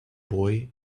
boy